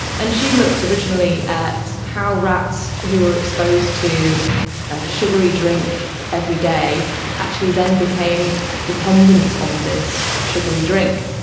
and she looked originally at how rats who were exposed to a sugary drink every day actually then became dependent on this sugary drink.